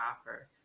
offer